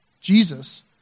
Jesus